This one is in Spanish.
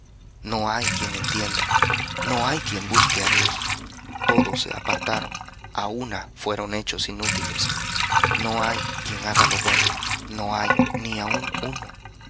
no hay quien entienda no hay quien busque á dios todos se apartaron á una fueron hechos inútiles no hay quien haga lo bueno no hay ni aun uno